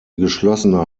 geschlossene